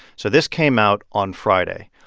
so this came out on friday.